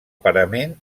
parament